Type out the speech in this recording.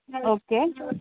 okay